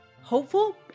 hopeful